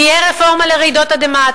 תהיה רפורמה לרעידות אדמה,